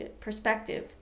perspective